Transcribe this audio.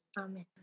Amen